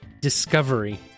discovery